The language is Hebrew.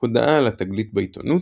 הודעה על התגלית בעיתונות,